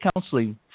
Counseling